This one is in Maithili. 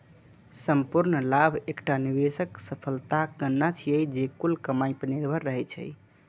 संपूर्ण लाभ एकटा निवेशक सफलताक गणना छियै, जे कुल कमाइ पर निर्भर रहै छै